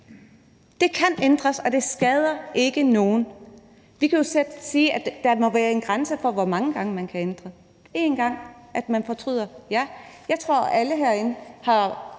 Det kan ændres, og det skader ikke nogen. Vi kan jo selv sætte en grænse for, hvor mange gange man kan ændre det. Kan man fortryde én gang? Ja. Jeg tror, alle herinde har